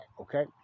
okay